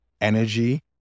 energy